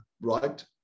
right